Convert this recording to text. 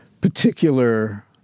particular